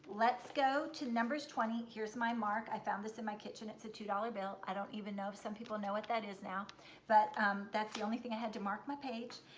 let's go to numbers twenty. here's my mark. i found this in my kitchen, it's a two dollars bill i don't even know if some people know what that is now but that's the only thing i had to mark my page.